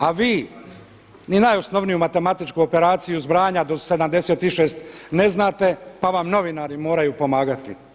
A vi ni najosnovniju matematičku operaciju zbrajanja do 76 ne znate pa vam novinari moraju pomagati.